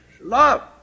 Love